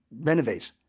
renovate